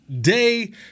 day